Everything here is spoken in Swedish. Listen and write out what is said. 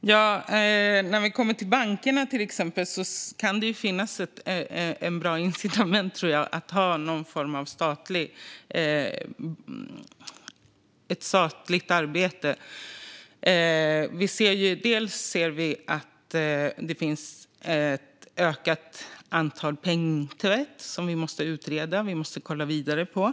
Fru talman! När det kommer till bankerna kan det vara ett bra incitament att ha någon form av statligt arbete. Vi ser att det finns ett ökat antal fall av penningtvätt som vi måste utreda och titta vidare på.